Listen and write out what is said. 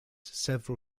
several